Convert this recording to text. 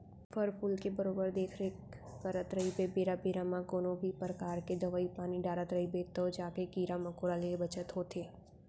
फर फूल के बरोबर देख रेख करत रइबे बेरा बेरा म कोनों भी परकार के दवई पानी डारत रइबे तव जाके कीरा मकोड़ा ले बचत होथे